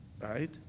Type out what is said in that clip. right